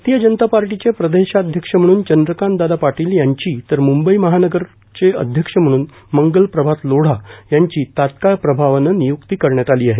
भारतीय जनता पार्टीचे प्रदेशाध्यक्ष म्हणून चंद्रकांत दादा पाटील यांची तर मुंबई महानगरचे अध्यक्ष म्हणून मंगल प्रभात लोढा यांची तात्काळ प्रभावानं निय्क्ती करण्यात आली आहे